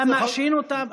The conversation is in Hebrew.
אתה מאשים אותם,